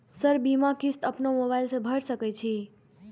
Sir बीमा किस्त अपनो मोबाईल से भर सके छी?